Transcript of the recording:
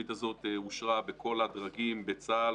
התוכנית הזאת אושרה בכל הדרגים בצה"ל,